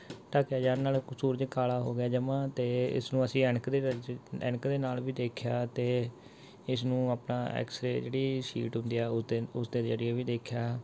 ਢਕਿਆ ਜਾਣ ਨਾਲ ਸੂਰਜ ਕਾਲਾ ਹੋ ਗਿਆ ਜਮਾਂ ਅਤੇ ਇਸਨੂੰ ਅਸੀਂ ਐਨਕ ਦੇ ਵਿੱਚ ਐਨਕ ਦੇ ਨਾਲ ਵੀ ਦੇਖਿਆ ਅਤੇ ਇਸ ਨੂੰ ਆਪਣਾ ਐਕਸਰੇ ਜਿਹੜੀ ਸੀਟ ਹੁੰਦੀ ਆ ਉਹ 'ਤੇ ਉਸਦੇ ਜ਼ਰੀਏ ਵੀ ਦੇਖਿਆ